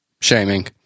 Shaming